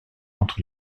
entre